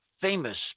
famous